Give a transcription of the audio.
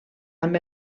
amb